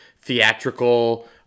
theatrical